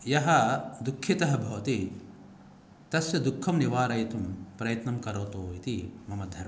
यः दुःखितः भवति तस्य दुःखं निवारयितुं प्रयत्नं करोतु इति मम धर्मः वदति